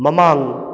ꯃꯃꯥꯡ